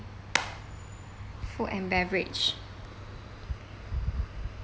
food and beverage